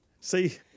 See